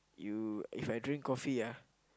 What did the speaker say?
you If I drink coffee ah